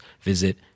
visit